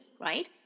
right